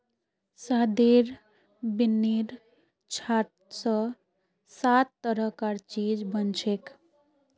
शहदेर बिन्नीर छात स सात तरह कार चीज बनछेक